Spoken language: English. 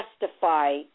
justify